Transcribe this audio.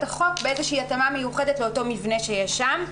החוק בהתאמה מיוחדת לאותו מבנה שיש שם.